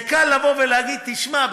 זה קל לבוא ולהגיד: תשמע,